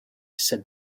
said